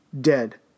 dead